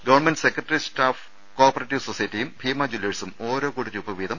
government secretariat staff co operative സൊസൈറ്റിയും ഭീമ ജ്വല്ലേഴ്സും ഓരോ കോടി രൂപ നൽകി